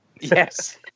Yes